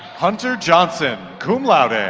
hunter johnson, cum laude.